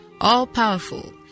all-powerful